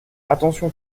attention